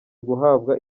guhabwa